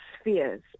spheres